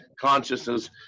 consciousness